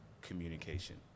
communication